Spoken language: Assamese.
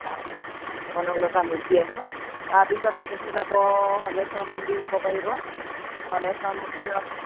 কনকলতা মূৰ্তি আছে তাৰপিছত আপুনি যাব হলেশ্বৰ মন্দিৰ যাব পাৰিব হলেশ্বৰ মন্দিৰৰ পৰা